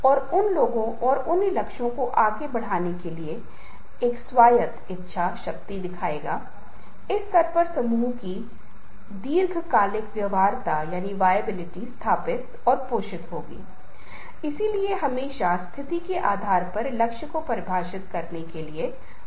हाँ हम यहाँ हैं हमारे देश की खातिर राष्ट्र के लिए और यहाँ तक कि अपने जीवन की कीमत पर हमें बचाना है हमें अपने शत्रुओं से लड़ना है और इसलिए हमारे राष्ट्र की हमारे देश की आपकी सुरक्षा है